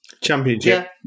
Championship